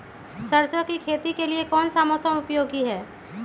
सरसो की खेती के लिए कौन सा मौसम उपयोगी है?